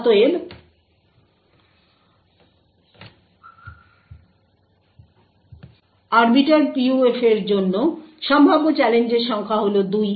অতএব arbiter PUF এর জন্য সম্ভাব্য চ্যালেঞ্জের সংখ্যা হল 2N